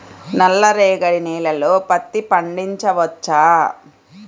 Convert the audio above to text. నల్ల రేగడి నేలలో పత్తి పండించవచ్చా?